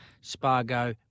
Spargo